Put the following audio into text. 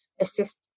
assist